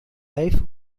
life